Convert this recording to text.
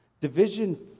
division